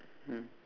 mm